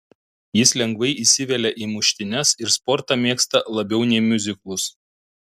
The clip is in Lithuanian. jis lengvai įsivelia į muštynes ir sportą mėgsta labiau nei miuziklus